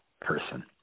person